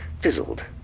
fizzled